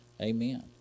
Amen